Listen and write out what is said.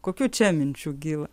kokių čia minčių kyla